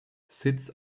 sits